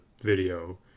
video